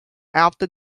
after